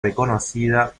reconocida